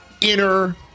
inner